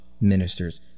ministers